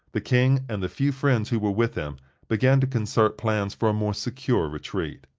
the king and the few friends who were with him began to concert plans for a more secure retreat.